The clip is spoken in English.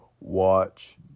watch